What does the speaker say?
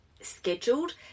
scheduled